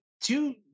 two